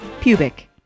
Pubic